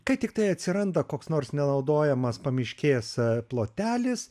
kai tiktai atsiranda koks nors nenaudojamas pamiškės plotelis